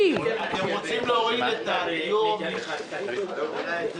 מציעים להוריד את הדיור הממשלתי?